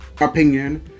opinion